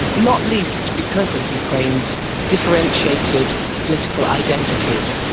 not least because of ukraine's differentiated political identities.